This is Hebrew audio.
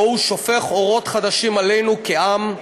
שבו הוא שופך אורות חדשים עלינו כעם,